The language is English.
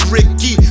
Ricky